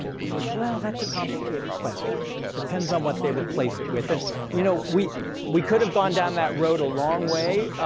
he said, well, that's a complicated question, it depends on what they replace it with. and you know we we could've gone down that road a long way,